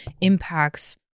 impacts